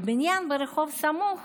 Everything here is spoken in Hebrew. בבניין ברחוב סמוך